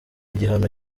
igihano